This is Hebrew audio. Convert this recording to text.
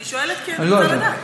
אני שואלת כי אני רוצה לדעת.